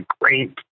great